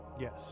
Yes